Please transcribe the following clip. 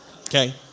Okay